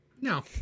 No